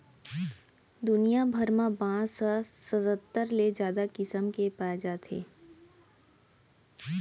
दुनिया भर म बांस ह सत्तर ले जादा किसम के पाए जाथे